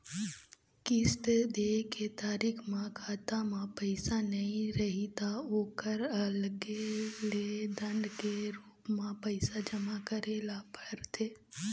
किस्त दे के तारीख म खाता म पइसा नइ रही त ओखर अलगे ले दंड के रूप म पइसा जमा करे ल परथे